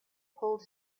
pulled